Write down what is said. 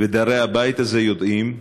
ודרי הבית הזה יודעים,